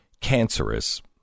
cancerous